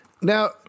Now